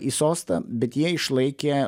į sostą bet jie išlaikė